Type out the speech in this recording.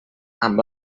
amb